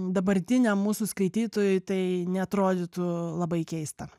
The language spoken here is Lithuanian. dabartiniam mūsų skaitytojui tai neatrodytų labai keista